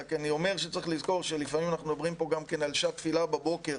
אני אומר שצריך לזכור שלפעמים אנחנו מדברים גם כן על שעת תפילה בבוקר,